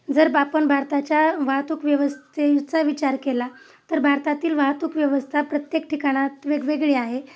जर आपन भारताच्या वाहतूक व्यवस्थेचा विचार केला तर भारतातील वाहतूक व्यवस्था प्रत्येक ठिकाणात वेगवेगळी आहे